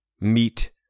meet